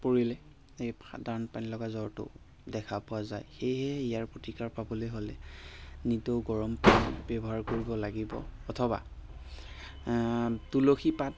পৰিলে এই সাধাৰণ পানীলগা জ্বৰটো দেখা পোৱা যায় সেয়েহে ইয়াৰ প্ৰতিকাৰ পাবলৈ হ'লে নিতৌ গৰম পানী ব্যৱহাৰ কৰিব লাগিব অথবা তুলসীপাত